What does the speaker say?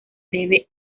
leve